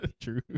true